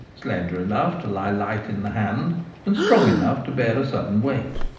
slender enough to lie light in the hand and strong enough to bear a sudden weight.